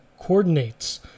coordinates